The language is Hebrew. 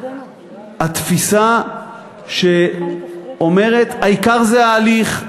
התפיסה שאומרת: העיקר זה ההליך,